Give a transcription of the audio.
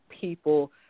people